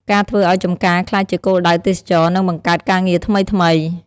ការធ្វើឱ្យចម្ការក្លាយជាគោលដៅទេសចរណ៍នឹងបង្កើតការងារថ្មីៗ។